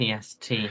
PST